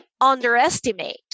underestimate